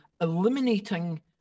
eliminating